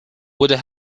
would